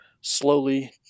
slowly